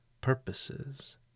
purposes